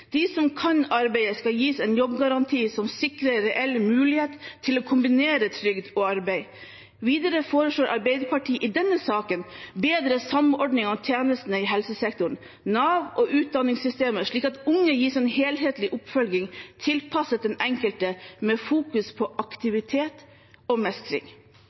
De som kan arbeide, skal gis en jobbgaranti som sikrer reell mulighet til å kombinere trygd og arbeid. Videre foreslår Arbeiderpartiet i denne saken bedre samordning av tjenestene i helsesektoren, Nav og utdanningssystemet, slik at unge gis en helhetlig oppfølging tilpasset den enkelte med fokus på aktivitet og mestring.